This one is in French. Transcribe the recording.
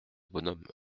bonhomme